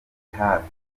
hafi